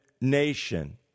nation